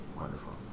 Wonderful